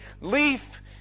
leaf